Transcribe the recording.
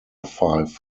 five